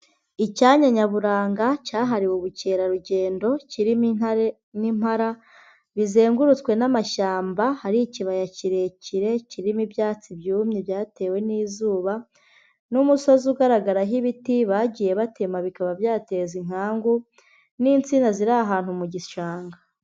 Icyanya nyaburanga cyahariwe ubukerarugendo , kirimo intare n'impara zizengurutswe n'amashyamba. Hari ikibaya kirekire kirimo ibyatsi byumye byatewe n'izuba, n'umusozi ugaragaraho ibiti bagiye batema bikaba byateza inkangu, n'insina ziri ahantu mu gishanga.